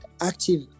active